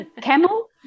Camel